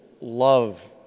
love